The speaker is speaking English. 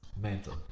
Mental